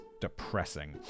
depressing